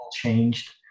changed